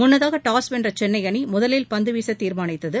முன்னதாக டாஸ் வென்ற சென்னை அணி முதலில் பந்து வீச தீர்மானித்தது